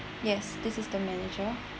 yes this is the manager